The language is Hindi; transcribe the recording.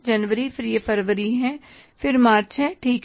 जनवरी फिर यह फरवरी है और फिर मार्च है ठीक है